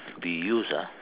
be used ah